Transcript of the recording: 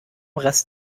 rest